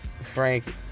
Frank